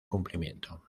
cumplimiento